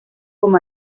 com